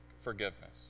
forgiveness